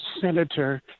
senator